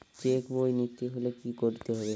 Check বই নিতে হলে কি করতে হবে?